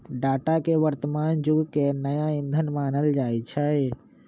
data के वर्तमान जुग के नया ईंधन मानल जाई छै